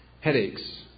headaches